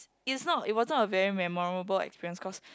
it's not it wasn't a very memorable experience cause